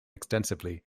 extensively